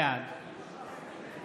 בעד